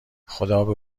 خدابه